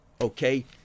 okay